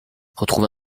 retrouvé